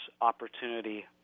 Opportunity